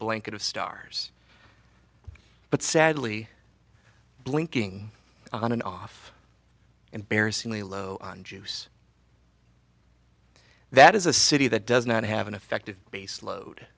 blanket of stars but sadly blinking on and off embarrassingly low on juice that is a city that does not have an effective base load